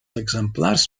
exemplars